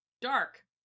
Dark